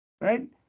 Right